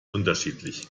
unterschiedlich